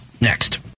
next